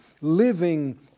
living